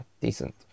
decent